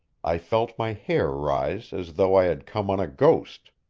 i felt my hair rise as though i had come on a ghost.